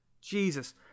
Jesus